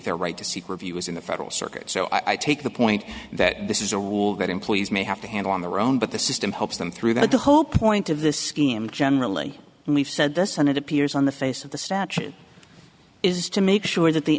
their right to seek review is in the federal circuit so i take the point that this is a rule that employees may have to handle on their own but the system helps them through that the whole point of the scheme generally and we've said this and it appears on the face of the statute is to make sure that the